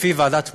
לפי ועדת מלץ,